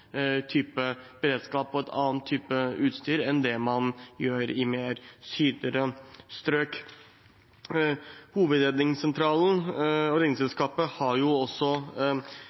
type beredskap og en annen type utstyr enn det man har i mer sydlige strøk. Hovedredningssentralen og Redningsselskapet har også